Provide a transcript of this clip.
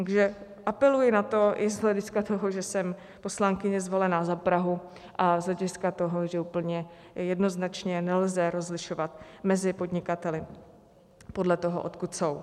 Takže apeluji na to i z hlediska toho, že jsem poslankyně zvolená za Prahu, a z hlediska toho, že úplně jednoznačně nelze rozlišovat mezi podnikateli podle toho, odkud jsou.